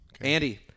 Andy